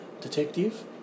detective